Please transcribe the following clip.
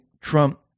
Trump